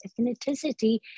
ethnicity